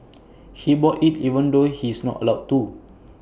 he bought IT even though he's not allowed to